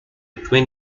twin